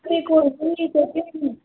रुईको रुईको चाहिँ